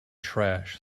trash